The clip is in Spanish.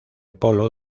polo